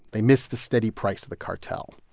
they miss the steady price of the cartel.